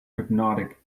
hypnotic